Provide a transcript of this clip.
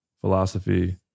philosophy